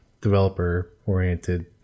developer-oriented